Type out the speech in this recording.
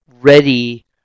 ready